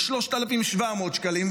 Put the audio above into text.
ב-3,700 שקלים,